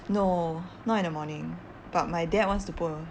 no not in the morning but my dad wants to poll